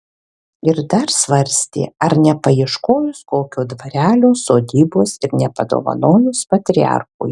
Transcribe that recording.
ir dar svarstė ar nepaieškojus kokio dvarelio sodybos ir nepadovanojus patriarchui